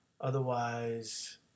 Otherwise